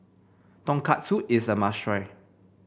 Tonkatsu is a must try